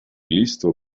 listo